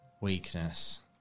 weakness